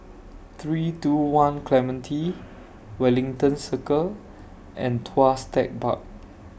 three two one Clementi Wellington Circle and Tuas Tech Park